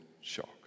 shock